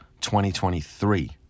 2023